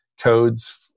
codes